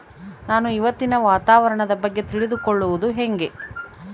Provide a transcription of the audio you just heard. ನಾನು ಇವತ್ತಿನ ವಾತಾವರಣದ ಬಗ್ಗೆ ತಿಳಿದುಕೊಳ್ಳೋದು ಹೆಂಗೆ?